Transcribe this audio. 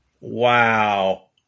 wow